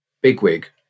Bigwig